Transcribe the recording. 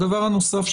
הדבר הנוסף,